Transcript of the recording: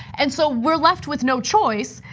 and so we're left with no choice.